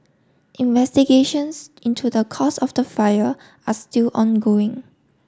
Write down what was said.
investigations into the cause of the fire are still ongoing